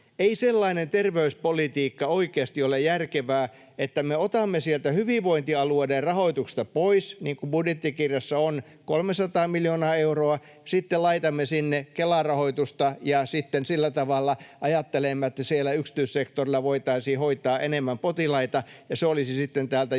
Ei sellainen terveyspolitiikka oikeasti ole järkevää, että me otamme sieltä hyvinvointialueiden rahoituksesta pois — niin kuin budjettikirjassa on, 300 miljoonaa euroa — sitten laitamme sinne Kela-rahoitusta ja sillä tavalla ajattelemme, että siellä yksityissektorilla voitaisiin hoitaa enemmän potilaita ja se olisi täältä